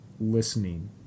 listening